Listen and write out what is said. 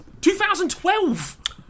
2012